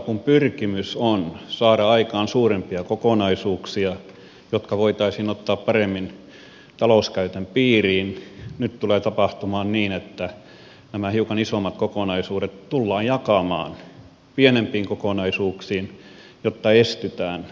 kun pyrkimys on saada aikaan suurempia kokonaisuuksia jotka voitaisiin ottaa paremmin talouskäytön piiriin nyt tulee tapahtumaan niin että nämä hiukan isommat kokonaisuudet tullaan jakamaan pienempiin kokonaisuuksiin jotta vältytään tältä perintö ja lahjaverolta